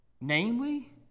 Namely